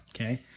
Okay